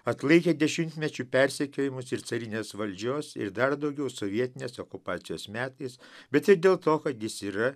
atlaikė dešimtmečių persekiojimus ir carinės valdžios ir dar daugiau sovietinės okupacijos metais bet ir dėl to kad jis yra